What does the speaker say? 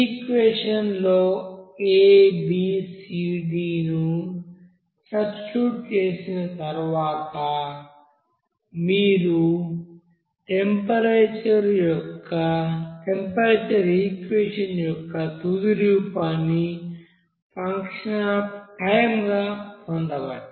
ఈ ఈక్వెషన్ లో a b c d ను సబ్స్టిట్యూట్ చేసిన తరువాత మీరు టెంపరేచర్ ఈక్వెషన్ యొక్క తుది రూపాన్ని ఫంక్షన్ అఫ్ టైం గా పొందవచ్చు